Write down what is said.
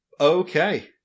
Okay